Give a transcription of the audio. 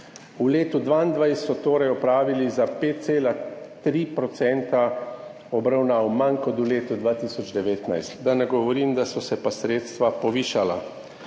V letu 2022 so torej opravili za 5,3 % obravnav manj kot v letu 2019, da ne govorim, da so se pa sredstva povišala.